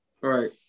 Right